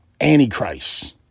Antichrist